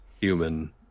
human